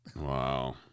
Wow